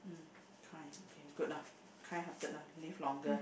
mm kind okay good lah kind hearted lah live longer